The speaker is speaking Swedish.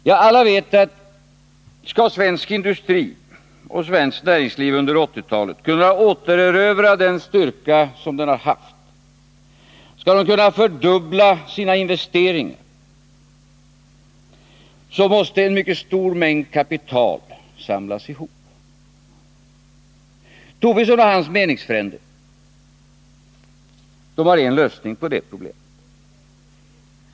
Ja, alla vet att om svensk industri och svenskt näringsliv under 1980-talet skall kunna återerövra sin tidigare styrka och fördubbla sina investeringar, så måste en mycket stor mängd kapital samlas ihop. Lars Tobisson och hans meningsfränder har en lösning på det problemet.